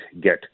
get